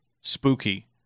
spooky